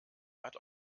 hat